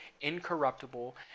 incorruptible